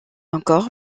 encore